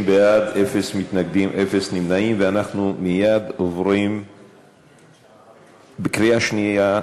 30 בעד, אין מתנגדים ואין נמנעים בקריאה שנייה.